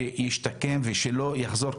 שישתקם ושלא יחזור.